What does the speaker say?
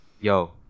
yo